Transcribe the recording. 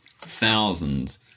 thousands